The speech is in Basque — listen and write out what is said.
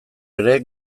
ere